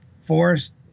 forest